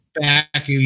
back